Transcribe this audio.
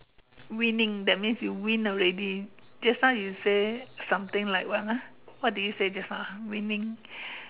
winning that means you win already just now you say something like what ah what did you say just now ah winning